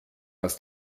aus